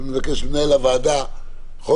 אני אבקש ממנהל הוועדה חודש,